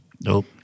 Nope